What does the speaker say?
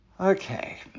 Okay